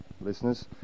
listeners